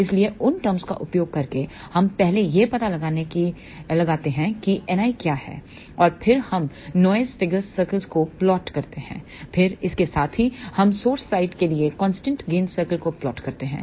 इसलिए उन टरम्स का उपयोग करके हम पहले यह पता लगाते हैं कि N i क्या है और फिर हम नॉइस फिगर सर्कल्स को प्लॉट करते हैं फिर इसके साथ ही हम स्रोत साइड के लिए कांस्टेंट गेन सर्कल को प्लॉट करते हैं